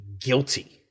guilty